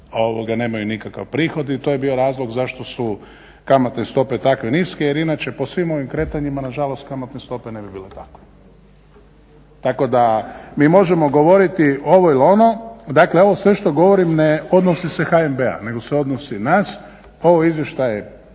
nemaju nikakav prihod. I to je bio razlog zašto su kamatne stope tako niske jer inače po svim ovim kretanjima nažalost kamatne stope ne bi bile takve. Tako da mi možemo govoriti ovo ili ono, dakle ovo sve što govorim ne odnosi se HNB-a nego se odnosi nas. Ovo izvješće je